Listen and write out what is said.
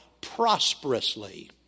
prosperously